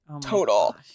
Total